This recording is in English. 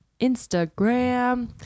Instagram